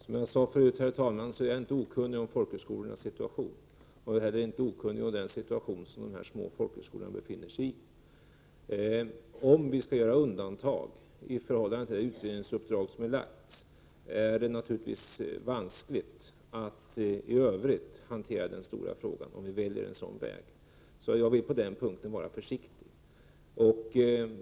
Herr talman! Som jag sade förut är jag inte okunnig om folkhögskolornas situation. Jag är heller inte okunnig om den situation som de här små folkhögskolorna befinner sig i. Om vi väljer att göra undantag i förhållande till det utredningsuppdrag som lagts fram, blir det naturligtvis vanskligt att i övrigt hantera den stora frågan. Jag vill på den punkten vara försiktig.